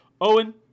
Owen